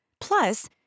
Plus